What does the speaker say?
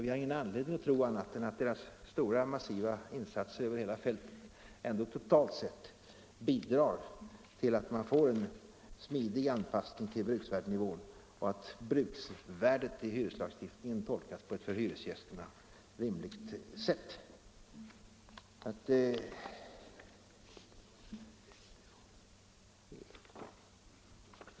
Vi har ingen anledning att tro annat än att dess stora och massiva insatser över hela fältet ändå totalt sett bidrar till att man får en smidig anpassning till bruksvärdesnivån och att bruksvärdet i hyreslagstiftningen tolkas på ett för hyresgästerna rimligt sätt.